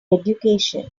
education